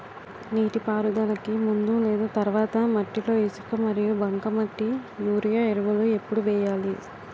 నీటిపారుదలకి ముందు లేదా తర్వాత మట్టిలో ఇసుక మరియు బంకమట్టి యూరియా ఎరువులు ఎప్పుడు వేయాలి?